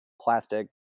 plastic